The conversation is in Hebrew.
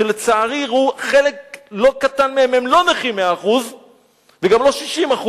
שלצערי חלק לא קטן מהם הם לא נכים 100% וגם לא 60%,